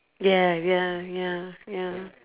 ya ya ya ya